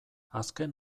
azken